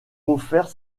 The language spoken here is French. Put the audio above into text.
offert